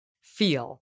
feel